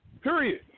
Period